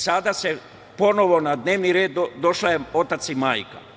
Sada su ponovo na dnevni red došli otac i majka.